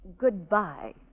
goodbye